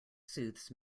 soothes